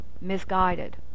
misguided